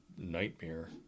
nightmare